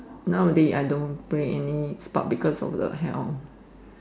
nowadays I don't play any sport because of the health